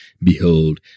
Behold